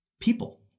People